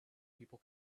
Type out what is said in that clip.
people